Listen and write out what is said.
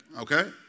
Okay